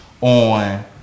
on